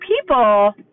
people